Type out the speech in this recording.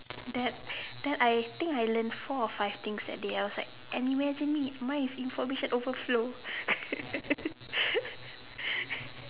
that's then I think I learnt four five things that day I was like and imagine me mine is information overflow